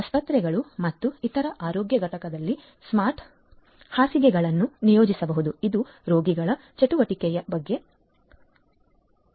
ಆಸ್ಪತ್ರೆಗಳು ಮತ್ತು ಇತರ ಆರೋಗ್ಯ ಘಟಕಗಳಲ್ಲಿ ಸ್ಮಾರ್ಟ್ ಹಾಸಿಗೆಗಳನ್ನು ನಿಯೋಜಿಸಬಹುದು ಇದು ರೋಗಿಗಳ ಚಟುವಟಿಕೆಯ ಬಗ್ಗೆ ಅಧಿಸೂಚನೆಯನ್ನು ಕಳುಹಿಸಬಹುದು